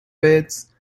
beds